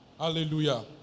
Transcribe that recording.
Hallelujah